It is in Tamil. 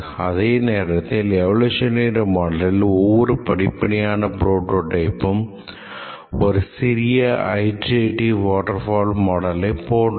அதே நேரத்தில் எவோலோஷனரி மாடலில் ஒவ்வொரு படிப்படியான புரோடோடைப்பும் ஒரு சிறிய அயிட்ரேடிவ் வாட்டர்ஃபால் மாடலை போன்றது